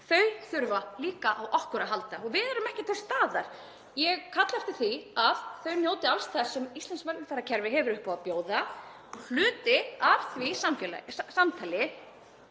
Þau þurfa líka á okkur að halda og við erum ekki til staðar. Ég kalla eftir því að þau njóti alls þess sem íslenskt velferðarkerfi hefur upp á að bjóða. Hluti af því samtali